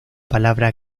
palabra